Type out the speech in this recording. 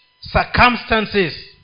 circumstances